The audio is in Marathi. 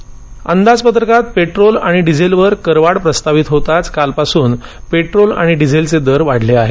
डुंधनदर अंदाजपत्रकात पेट्रोल आणि डिझेलवर करवाढ प्रस्तावित होताच कालपासून पेट्रोल आणि डिझेलचे दर वाढले आहेत